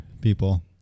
people